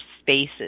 spaces